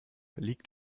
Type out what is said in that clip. liegt